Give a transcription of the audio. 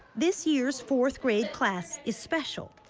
this year's fourth-grade class is special.